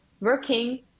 working